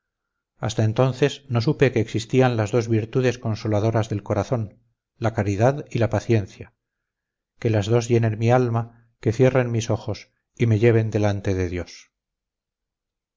hasta entonces no supe que existían las dos virtudes consoladoras del corazón la caridad y la paciencia que las dos llenen mi alma que cierren mis ojos y me lleven delante de dios